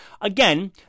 Again